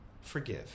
forgive